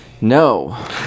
No